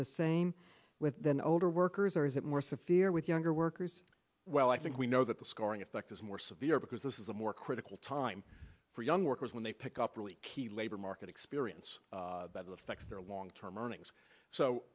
the same with older workers or is it more severe with younger workers well i think we know that the scoring effect is more severe because this is a more critical time for younger workers when they pick up really key labor market experience that's their long term earnings so